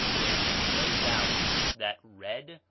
there can be no doubt that red,